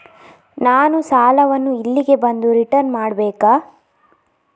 ನಾನು ಸಾಲವನ್ನು ಇಲ್ಲಿಗೆ ಬಂದು ರಿಟರ್ನ್ ಮಾಡ್ಬೇಕಾ?